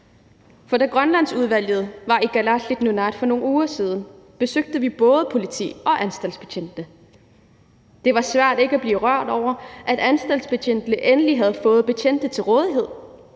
for da Grønlandsudvalget var i Kalaalit Nunaat for nogle uger siden, besøgte vi både politi- og anstaltsbetjentene. Det var svært ikke at blive rørt over, at der endelig var anstaltsbetjente til rådighed